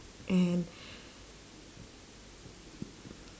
and